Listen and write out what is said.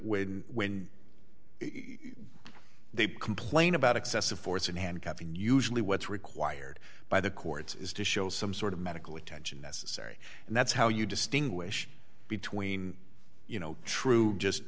when when they complain about excessive force in handcuffs and usually what's required by the courts is to show some sort of medical attention necessary and that's how you distinguish between you know true just